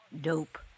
Dope